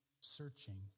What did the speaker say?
searching